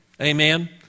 Amen